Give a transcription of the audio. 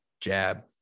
jab